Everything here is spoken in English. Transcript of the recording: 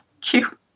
cute